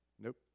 Nope